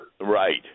Right